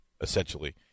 essentially